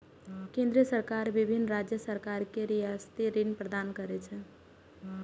केंद्र सरकार विभिन्न राज्य सरकार कें रियायती ऋण प्रदान करै छै